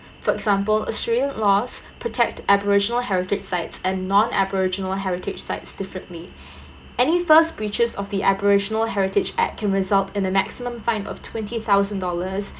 for example australian laws protect aboriginal heritage sites and non aboriginal sites differently any first breeches of the aboriginal heritage act can result in a maximum fine of twenty thousand dollars